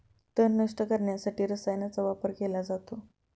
तण नष्ट करण्यासाठी रसायनांचा वापर केला जातो